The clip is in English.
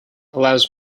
allows